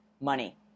money